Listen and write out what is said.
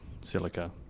silica